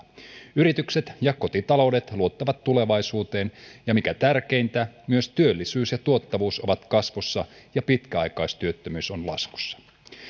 yritykset ja kotitaloudet luottavat tulevaisuuteen ja mikä tärkeintä myös työllisyys ja tuottavuus ovat kasvussa ja pitkäaikaistyöttömyys on laskussa